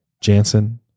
Jansen